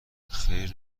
خیر